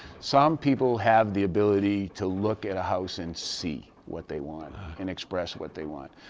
some people have the ability to look at a house and see what they want and express what they want.